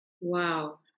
Wow